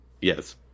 Yes